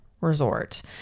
resort